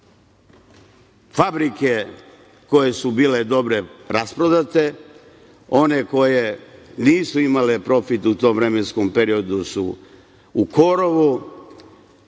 Fabrike koje su bile dobre - rasprodate su, one koje nisu imale profit u tom vremenskom periodu su u korovu,